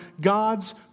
God's